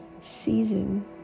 season